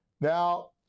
Now